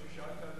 היות ששאלת,